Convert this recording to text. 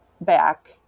back